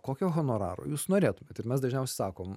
kokio honoraro jūs norėtumėt ir mes dažniausiai sakom